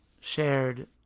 shared